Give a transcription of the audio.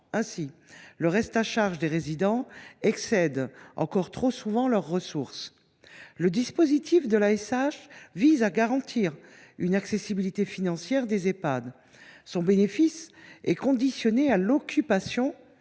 Ainsi, le reste à charge des résidents excède encore trop souvent le montant de leurs ressources. Le dispositif de l’ASH vise à garantir une accessibilité financière aux Ehpad. Son bénéfice est conditionné à l’occupation